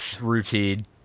routine